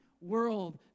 world